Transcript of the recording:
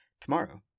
Tomorrow